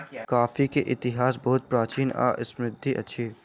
coffee के इतिहास बहुत प्राचीन आ समृद्धि अछि